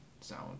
sound